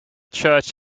church